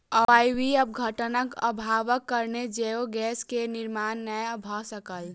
अवायवीय अपघटनक अभावक कारणेँ जैव गैस के निर्माण नै भअ सकल